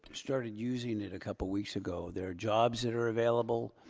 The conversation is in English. started using it a couple weeks ago. there are jobs that are available